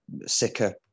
sicker